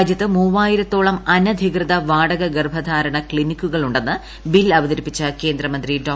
രാജ്യത്ത് മൂവായിരത്തോളം അനധികൃത വാടകഗർഭധാരണ ക്ലിനിക്കുകളുണ്ടെന്ന് ബിൽ അവതരിപ്പിച്ച കേന്ദ്രമന്ത്രി ഡോ